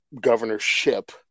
governorship